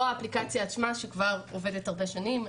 האפליקציה עצמה שכבר עובדת הרבה שנים,